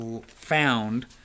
found